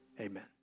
amen